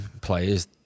players